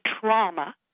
trauma